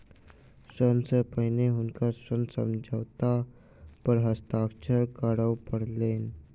ऋण सॅ पहिने हुनका ऋण समझौता पर हस्ताक्षर करअ पड़लैन